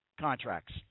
contracts